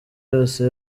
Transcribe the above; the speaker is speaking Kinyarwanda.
yose